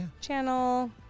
channel